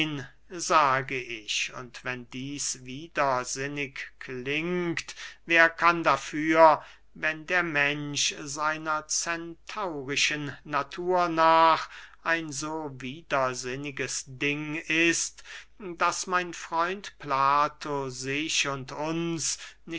sage ich und wenn dieß widersinnig klingt wer kann dafür wenn der mensch seiner centaurischen natur nach ein so widersinnisches ding ist daß mein freund plato sich und uns